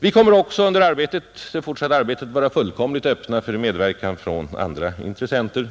I det fortsatta arbetet kommer vi också att vara helt öppna för medverkan från andra intressenter.